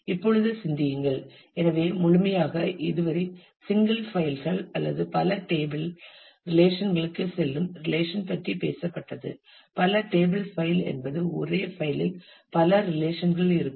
இப்பொழுது சிந்தியுங்கள் எனவே முழுமையாக இதுவரை சிங்கிள் பைல்கள் அல்லது பல டேபிள் ரிலேஷன்களுக்கு செல்லும் ரிலேஷன் பற்றி பேசப்பட்டது பல டேபிள் பைல் என்பது ஒரே பைலில் பல ரிலேஷன்கள் இருக்கும்